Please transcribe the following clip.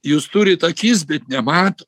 jūs turit akis bet nemat